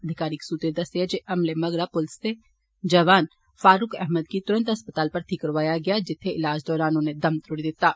अधिकारिक सुत्तरें दस्सेआ जे हमले मगरा पुलसा दे जवान फारूक अहमद गी तुरत अस्पताल भर्थी करोआया गेआ जित्थे इलाज दौरान उन्नै दम त्रोड़ी दित्ता